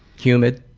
humid?